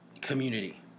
community